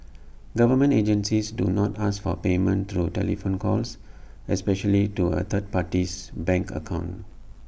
government agencies do not ask for payment through telephone calls especially to A third party's bank account